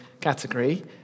category